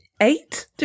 eight